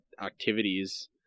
activities